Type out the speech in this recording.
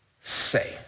say